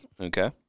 Okay